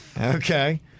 Okay